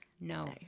No